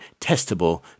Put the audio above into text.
testable